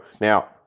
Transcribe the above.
Now